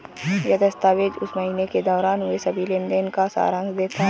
यह दस्तावेज़ उस महीने के दौरान हुए सभी लेन देन का सारांश देता है